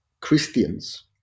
Christians